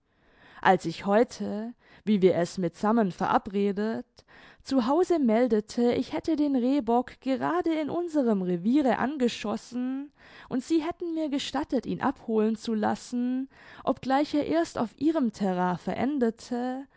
als ich heute wie wir es mitsammen verabredet zu hause meldete ich hätte den rehbock gerade in unserem reviere angeschossen und sie hätten mir gestattet ihn abholen zu lassen obgleich er erst auf ihrem terrain verendete